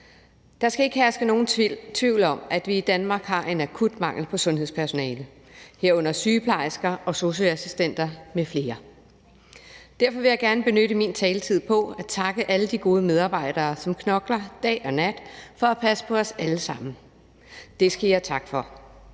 Der skal ikke herske nogen tvivl om, at vi i Danmark har en akut mangel på sundhedspersonale, herunder sygeplejersker og sosu-assistenter med flere. Derfor vil jeg gerne benytte min taletid til at takke alle de gode medarbejdere, som knokler dag og nat for at passe på os alle sammen. Det skal I have tak for!